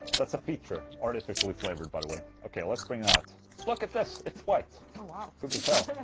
that's a feature, artificially flavored by the way ok, let's bring it out look at this, it's white oh wow who could tell?